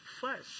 first